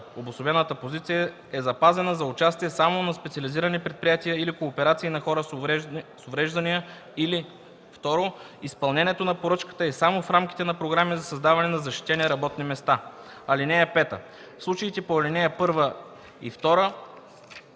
поръчка/обособената позиция е запазена за участие само на специализирани предприятия или кооперации на хора с увреждания, или 2. изпълнението на поръчката е само в рамките на програми за създаване на защитени работни места. (5) В случаите по ал. 1 и 2: